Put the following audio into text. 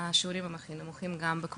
שם השיעורים הם עדיין הנמוכים ביותר,